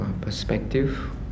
perspective